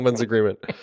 agreement